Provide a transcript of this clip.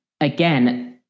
again